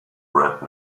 rat